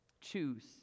choose